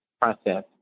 process